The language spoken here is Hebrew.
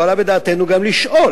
לא עלה בדעתנו לשאול,